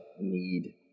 need